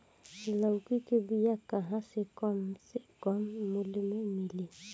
लौकी के बिया कहवा से कम से कम मूल्य मे मिली?